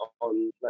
on